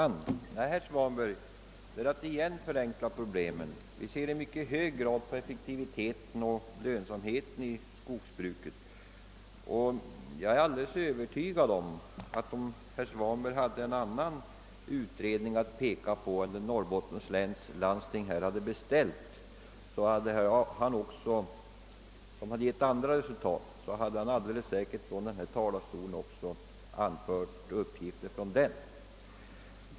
Nej, herr Svanberg, detta är återigen en förenkling av problemet! Vi ser i mycket hög grad till effektiviteten och lönsamheten i skogsbruket. Om herr Svanberg hade haft tillgång till en annan utredning än den som Norrbottens läns landsting beställt och som hade givit ett annat resultat än denna, hade han säkert anfört uppgifter ur den.